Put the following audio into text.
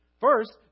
First